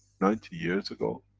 ninety years ago,